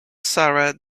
sarah